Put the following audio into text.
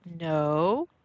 no